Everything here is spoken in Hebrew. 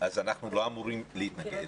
אנחנו לא אמורים להתנגד.